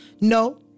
No